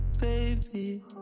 baby